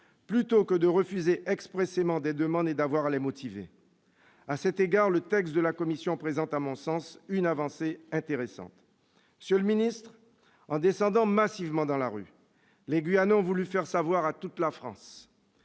plutôt que de refuser expressément des demandes et d'avoir à les motiver ? À cet égard, le texte de la commission présente une avancée intéressante. En descendant massivement dans la rue, les Guyanais ont voulu faire savoir à toute la France